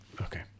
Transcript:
Okay